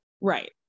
Right